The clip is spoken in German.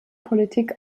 politik